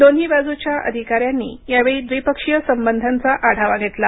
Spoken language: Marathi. दोन्ही बाजूच्या अधिकाऱ्यांनी यावेळी द्विपक्षीय संबंधांचा आढावा घेतला